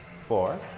four